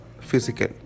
physical